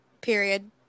Period